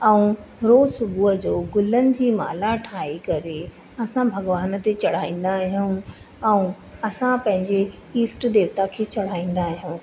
ऐं रोज़ सुबुह जो गुलनि जी माला ठाही करे असां भॻवान ते चढ़ाईंदा आहियूं ऐं असां पंहिंजी ईष्ट देवता खे चढ़ाईंदा आहियूं